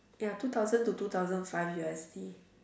ya two thousand to two thousand five U_S_D